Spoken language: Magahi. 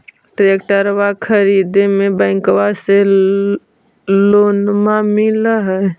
ट्रैक्टरबा खरीदे मे बैंकबा से लोंबा मिल है?